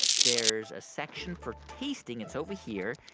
there's a section for tasting. it's over here.